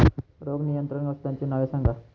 रोग नियंत्रण औषधांची नावे सांगा?